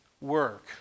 work